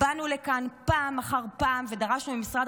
באנו לכאן פעם אחר פעם ודרשנו ממשרד